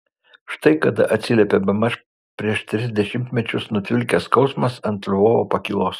štai kada atsiliepė bemaž prieš tris dešimtmečius nutvilkęs skausmas ant lvovo pakylos